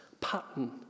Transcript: pattern